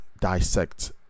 dissect